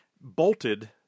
bolted